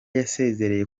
yasezereye